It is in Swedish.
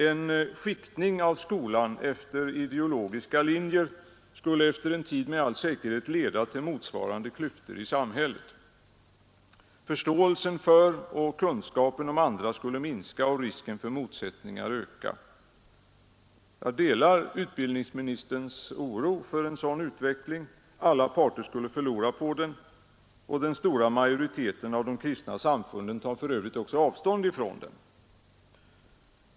En skiktning av skolan efter ideologiska linjer skulle efter en tid med all säkerhet leda till motsvarande klyftor i samhället. Förståelsen för och kunskapen om andra skulle minska och risken för motsättningar öka. Jag delar utbildningsministerns oro för en sådan utveckling. Alla parter skulle förlora på den, och den stora majoriteten av de kristna samfunden tar för övrigt också avstånd från den.